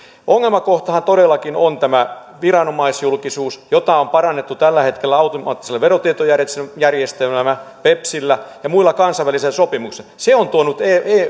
ongelmakohtahan todellakin on tämä viranomaisjulkisuus jota on parannettu tällä hetkellä automaattisella verotietojärjestelmällä bepsillä ja muilla kansainvälisillä sopimuksilla se on tuonut